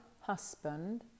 husband